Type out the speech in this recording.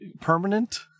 permanent